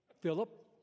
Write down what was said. Philip